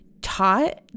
taught